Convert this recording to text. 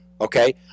Okay